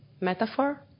metaphor